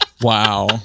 wow